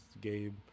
Gabe